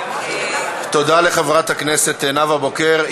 תודה לחברת הכנסת נאוה בוקר.